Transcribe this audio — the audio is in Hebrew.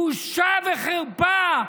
בושה וחרפה.